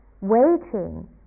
waiting